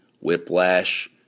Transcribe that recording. Whiplash